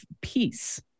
peace